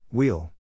Wheel